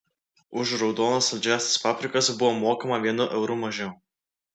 už raudonas saldžiąsias paprikas buvo mokama vienu euru mažiau